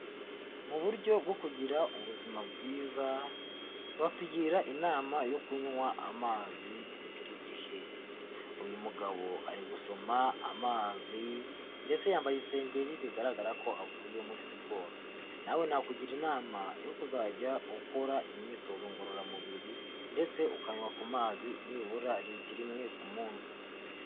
Mu buryo bwo kugira ubuzima bwiza, batugira inama yo kunywa amazi buri gihe, uyu mugabo ari gusoma amazi ndetse yambaye isengeri bigaragara ko avuye muri siporo, nawe nakugira inama yo kuzajya ukora imyitozo ngororamubiri ndetse ukanywa ku mazi nibura litiro imwe ku munsi.